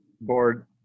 board